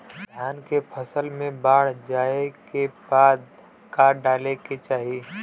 धान के फ़सल मे बाढ़ जाऐं के बाद का डाले के चाही?